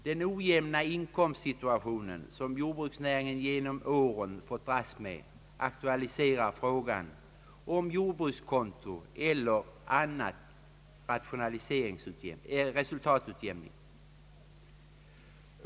Den ojämna inkomstsituation som jordbruksnäringen genom åren fått dras med aktualiserar frågan om jordbrukskonto eller annan resultatutjämning.